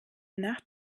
nach